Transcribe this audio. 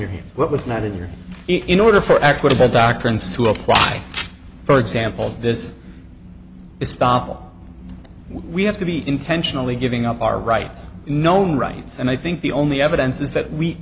head what was not in your in order for equitable doctrines to apply for example this is stop we have to be intentionally giving up our rights known rights and i think the only evidence is that we